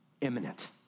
imminent